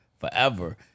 forever